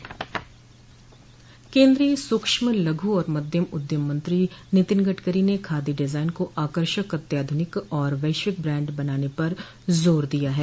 केन्द्रीय सूक्ष्मू लघु और मध्यम उद्यम मंत्री नितिन गडकरी ने खादी डिजाइन को आकर्षक अत्याधुनिक और वैश्विक ब्रैंड बनाने पर जोर दिया है